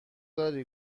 داری